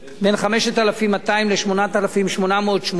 בין 5,200 ל-8,880,